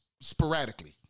sporadically